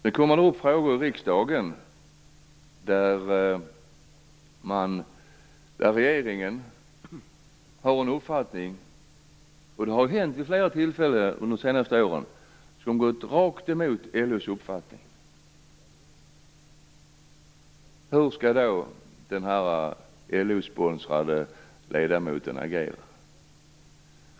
Sedan kommer det upp frågor i riksdagen där regeringen har en uppfattning - och det har hänt vid flera tillfällen under de senaste åren - som går rakt emot LO:s uppfattning. Hur skall då den här LO-sponsrade ledamoten agera?